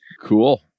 cool